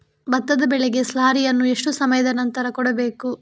ಭತ್ತದ ಬೆಳೆಗೆ ಸ್ಲಾರಿಯನು ಎಷ್ಟು ಸಮಯದ ಆನಂತರ ಕೊಡಬೇಕು?